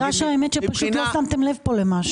זה נראה שלא שמתם לב כאן למשהו.